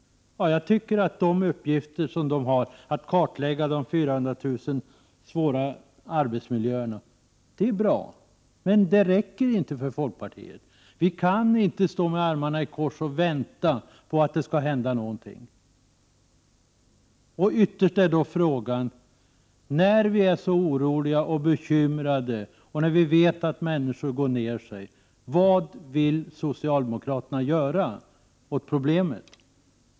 Jag tycker det är bra att den har till uppgift att kartlägga de 400 000 svåraste arbetsmiljöerna. Men det räcker inte för folkpartiet. Vi kan inte stå med armarna i kors och vänta på att det skall hända någonting. Ytterst är frågan: När vi är så oroliga och bekymrade, och när vi vet att människor går ner sig, vad vill socialdemokraterna göra åt problemet?